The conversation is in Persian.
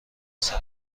مثلا